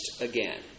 again